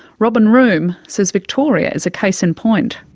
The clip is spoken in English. robin room says victoria is a case in point.